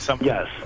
Yes